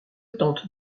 tente